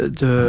de